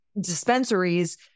dispensaries